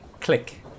Click